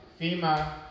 FEMA